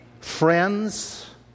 friends